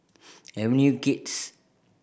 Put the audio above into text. Avenue Kids